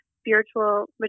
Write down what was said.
spiritual